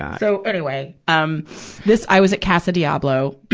so, anyway. um this, i was at casa diablo,